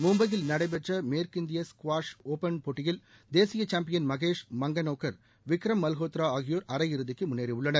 மும்பையில் நடைபெற்ற மேற்கிந்திய ஸ்குவாஷ் ஓப்பன் போட்டியில் தேசிய சாம்பியன் மகேஷ் மங்கனோக்கர் விக்ரம் மல்ஹோத்ரா ஆகியோர் அரையிறுதிக்கு முன்னேறியுள்ளனர்